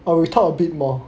or we talk a bit more